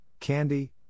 candy